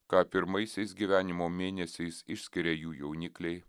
ką pirmaisiais gyvenimo mėnesiais išskiria jų jaunikliai